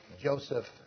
Joseph